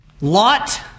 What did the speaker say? Lot